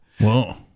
Whoa